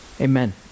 Amen